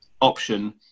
option